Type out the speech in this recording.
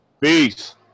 Peace